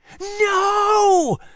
No